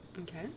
Okay